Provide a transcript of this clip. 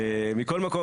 זה לא היה פשע.